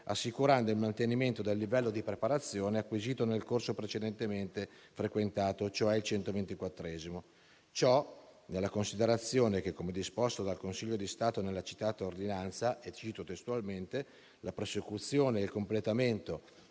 assicurando il mantenimento del livello di preparazione acquisito nel corso precedentemente frequentato (cioè il 124°). Ciò nella considerazione che, come disposto dal Consiglio di Stato nella citata ordinanza - che cito testualmente - la prosecuzione e il completamento,